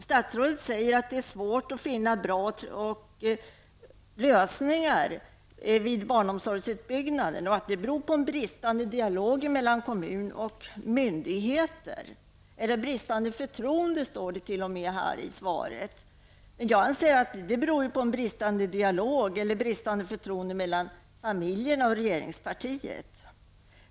Statsrådet säger att det är svårt att finna bra lösningar vid barnomsorgsutbyggnaden och att det beror på en bristande dialog mellan kommuner och myndigheter, det står t.o.m. bristande förtroende i svaret. Jag anser att det beror på en bristande dialog eller bristande förtroende mellan familjerna och regeringspartiet.